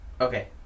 Okay